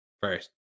First